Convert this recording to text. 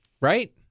right